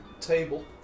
table